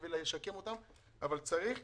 אני רק